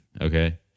okay